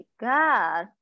God